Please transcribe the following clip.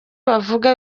bavuga